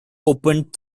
opened